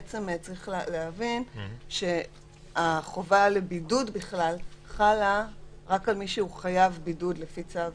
צריך להבין שהחובה בבידוד חלה רק על מי שחייב בידוד לפי צו